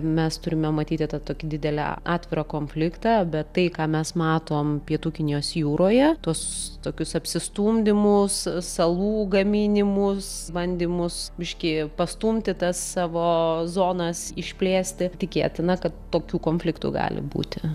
mes turime matyti tą tokį didelį atvirą konfliktą bet tai ką mes matom pietų kinijos jūroje tuos tokius apsistumdymus salų gaminimus bandymus biškį pastumti tas savo zonas išplėsti tikėtina kad tokių konfliktų gali būti